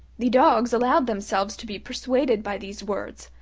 the dogs allowed themselves to be persuaded by these words,